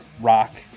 rock